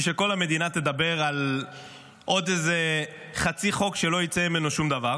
שכל המדינה תדבר על עוד חצי חוק שלא יצא ממנו שום דבר,